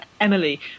Emily